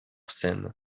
sen